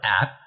app